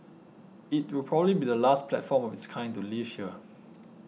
it will probably be the last platform of its kind to leave here